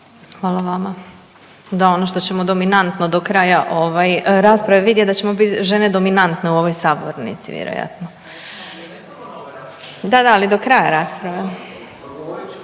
Hvala vama. Da, ono što ćemo dominantno do kraja ovaj rasprave vidjet da ćemo bit žene dominantne u ovoj sabornici vjerojatno. Da, da ali do kraja rasprave.